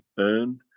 and,